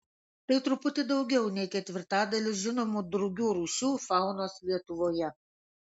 tai truputį daugiau nei ketvirtadalis žinomų drugių rūšių faunos lietuvoje